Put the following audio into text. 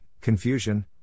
confusion